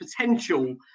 potential